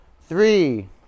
Three